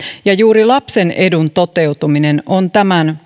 ja juuri lapsen edun toteutuminen on tämän